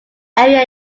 area